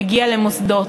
מגיע למוסדות.